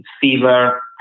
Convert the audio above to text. fever